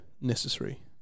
necessary